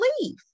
leave